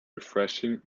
refreshing